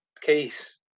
case